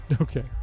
Okay